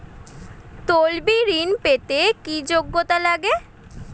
তলবি ঋন পেতে কি যোগ্যতা লাগে?